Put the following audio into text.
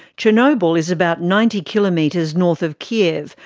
chernobyl is about ninety kilometres north of kiev,